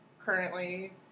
Currently